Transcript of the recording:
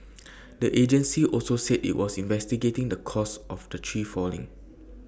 the agency also said IT was investigating the cause of the tree falling